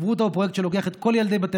חברותא הוא פרויקט שלוקח את כל ילדי בתי